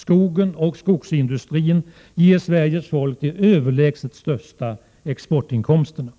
Skogen och skogsindustrin ger Sveriges folk de överlägset största exportinkomsterna.